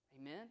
Amen